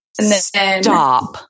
Stop